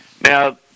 Now